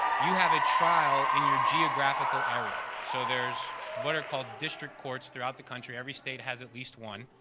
you have a trial in your geographical area. so, there's what are called district courts throughout the country. every state has at least one.